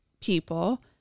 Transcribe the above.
people